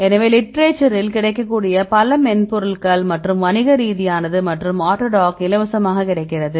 எனவே லிட்டரேச்சரில் கிடைக்கக்கூடிய பல மென்பொருள்கள் மற்றும் வணிக ரீதியானது மற்றும் ஆட்டோடாக் இலவச கிடைக்கிறது